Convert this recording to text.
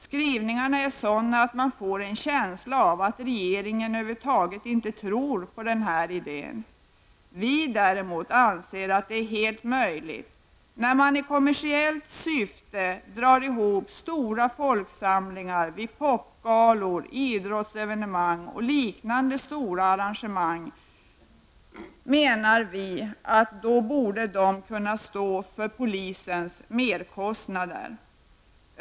Skrivningarna är sådana att man får en känsla av att regeringen över huvud taget inte tror på idén. Vi däremot anser att det är helt möjligt. När man i kommersiellt syfte drar ihop stora folksamlingar -- vid popgalor, idrottsevenemang och liknande stora arrangemang -- borde dessa också kunna stå för polisens merkostnader.